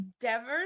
Devers